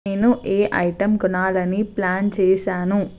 నేను ఏ ఐటెమ్ కొనాలని ప్లాన్ చేసాను